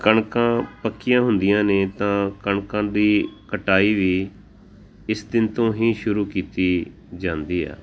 ਕਣਕਾਂ ਪੱਕੀਆਂ ਹੁੰਦੀਆਂ ਨੇ ਤਾਂ ਕਣਕਾਂ ਦੀ ਕਟਾਈ ਵੀ ਇਸ ਦਿਨ ਤੋਂ ਹੀ ਸ਼ੁਰੂ ਕੀਤੀ ਜਾਂਦੀ ਆ